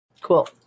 Cool